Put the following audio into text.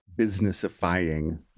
businessifying